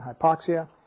hypoxia